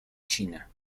china